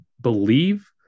believe